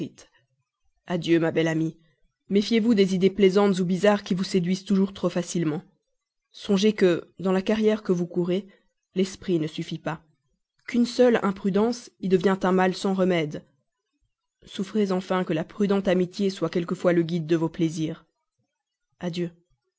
adieu ma belle amie méfiez-vous des idées plaisantes ou bizarres qui vous séduisent toujours trop facilement songez que dans la carrière que vous courez l'esprit ne suffit pas qu'une seule imprudence y devient un mal sans remède souffrez enfin que la prudente amitié soit quelquefois le guide de vos plaisirs adieu